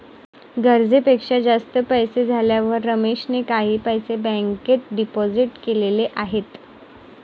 गरजेपेक्षा जास्त पैसे झाल्यावर रमेशने काही पैसे बँकेत डिपोजित केलेले आहेत